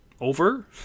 over